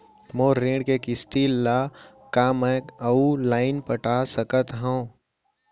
मोर ऋण के किसती ला का मैं अऊ लाइन पटा सकत हव?